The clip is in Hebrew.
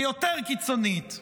ויותר קיצונית.